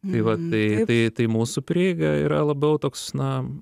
tai va tai tai tai mūsų prieiga yra labiau toks na